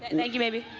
and thank you, baby.